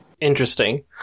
Interesting